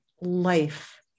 life